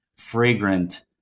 fragrant